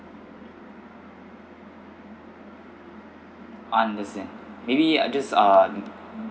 understand maybe I'll just uh